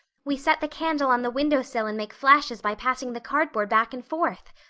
we set the candle on the window sill and make flashes by passing the cardboard back and forth.